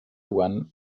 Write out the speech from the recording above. one